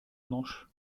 manche